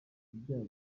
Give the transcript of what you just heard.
ibyaha